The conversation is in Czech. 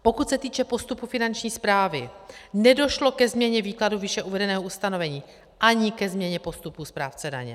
Pokud se týče postupu Finanční správy, nedošlo ke změně výkladu výše uvedeného ustanovení ani ke změně posudku správce daně.